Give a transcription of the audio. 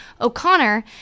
O'Connor